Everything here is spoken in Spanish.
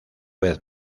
vez